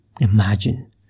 Imagine